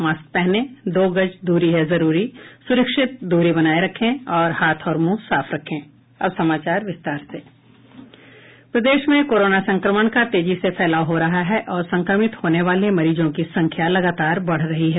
mask पहनें दो गज दूरी है जरूरी स्रक्षित दूरी बनाये रखें हाथ और मुंह साफ रखें प्रदेश में कोरोना संक्रमण का तेजी से फैलाव हो रहा है और संक्रमित होने वाले मरीजों की संख्या लगातार बढ़ रही है